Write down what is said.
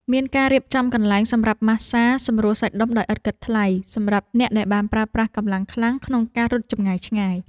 មានការរៀបចំកន្លែងសម្រាប់ម៉ាស្សាសម្រួលសាច់ដុំដោយឥតគិតថ្លៃ សម្រាប់អ្នកដែលបានប្រើប្រាស់កម្លាំងខ្លាំងក្នុងការរត់ចម្ងាយឆ្ងាយ។